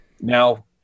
Now